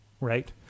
right